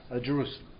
Jerusalem